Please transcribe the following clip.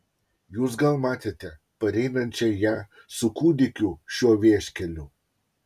jūs gal matėte pareinančią ją su kūdikiu šiuo vieškeliu